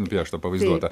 nupiešta pavaizduota